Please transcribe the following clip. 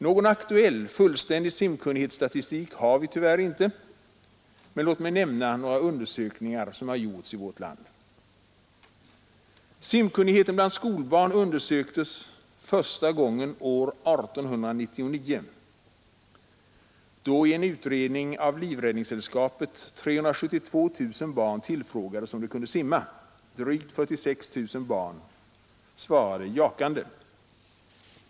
Någon aktuell och fullständig simkunnighetsstatistik har vi tyvärr inte, men låt mig nämna några undersökningar som gjorts i vårt land. Simkunnigheten bland skolbarn undersöktes första gången år 1899, då i en utredning av Livräddningssällskapet 372 000 barn tillfrågades, om de kunde simma. Drygt 46 000 barn svarade jakande.